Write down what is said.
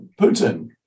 Putin